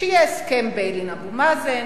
שיהיה הסכם ביילין, אבו מאזן,